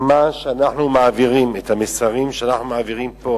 מה שאנחנו מעבירים, המסרים שאנחנו מעבירים פה